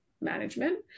management